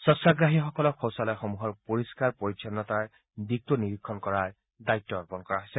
স্বছাগ্ৰাহীসকলক শৌচালয়সমূহৰ পৰিস্থাৰ পৰিচ্ছন্নতাৰ দিশতো নিৰীক্ষণ কৰাৰ দায়িত্ব অৰ্পণ কৰা হৈছে